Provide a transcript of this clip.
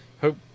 hope